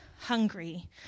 hungry